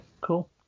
cool